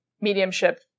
mediumship